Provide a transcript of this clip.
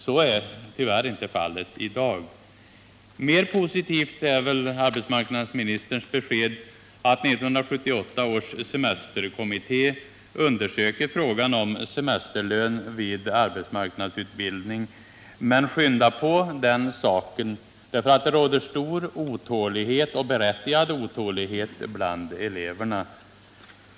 Så är tyvärr inte Mera positivt är arbetsmarknadsministerns besked att 1978 års semesterkommitté undersöker frågan om semesterlön vid arbetsmarknadsutbildning. Men skynda på den saken! Det råder stor otålighet och berättigad otålighet bland eleverna.